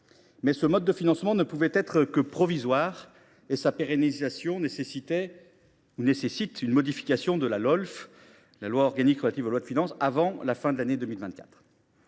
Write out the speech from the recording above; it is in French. Mais ce mode de financement ne pouvait être que provisoire et sa pérennisation nécessitait – ou nécessite – une modification de la loi organique relative aux lois de finances (Lolf) avant la fin de l’année 2024,